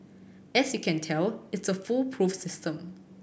as you can tell it's a foolproof system